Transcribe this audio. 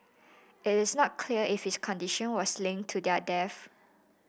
it is not clear if his condition was linked to their deaths